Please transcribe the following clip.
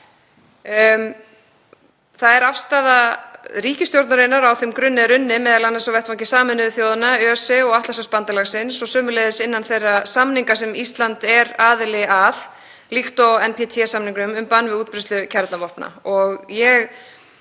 Það er afstaða ríkisstjórnarinnar. Á þeim grunni er unnið, m.a. á vettvangi Sameinuðu þjóðanna, ÖSE og Atlantshafsbandalagsins og sömuleiðis innan þeirra samninga sem Ísland er aðili að, líkt og NPT-samningurinn um bann við útbreiðslu kjarnavopna.